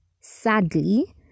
sadly